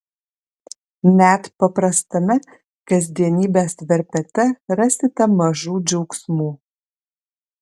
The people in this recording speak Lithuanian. net paprastame kasdienybės verpete rasite mažų džiaugsmų